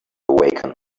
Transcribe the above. awaken